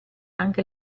anche